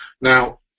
now